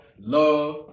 love